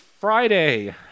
Friday